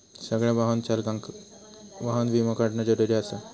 सगळ्या वाहन चालकांका वाहन विमो काढणा जरुरीचा आसा